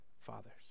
fathers